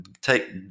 take